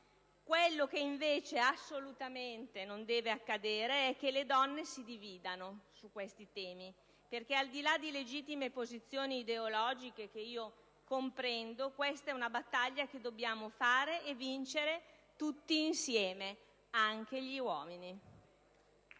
Quello che, invece, assolutamente non deve accadere è che le donne si dividano su questi temi, perché al di là di legittime posizioni ideologiche, che comprendo, questa è una battaglia che dobbiamo fare e vincere tutti insieme, anche gli uomini.